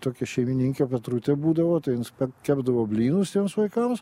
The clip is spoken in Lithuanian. tokia šeimininkė petrutė būdavo tai kad kepdavo blynus tiems vaikams